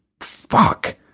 fuck